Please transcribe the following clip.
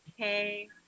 okay